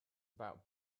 about